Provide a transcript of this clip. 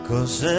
Cause